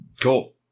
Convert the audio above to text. Cool